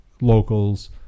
locals